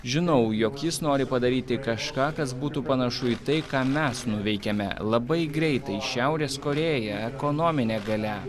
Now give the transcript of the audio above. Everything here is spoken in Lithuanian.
žinau jog jis nori padaryti kažką kas būtų panašu į tai ką mes nuveikiame labai greitai šiaurės korėja ekonominė galia